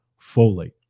folate